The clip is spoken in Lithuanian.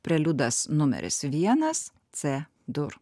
preliudas numeris vienas c dur